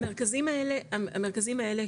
המרכזים האלה שוב,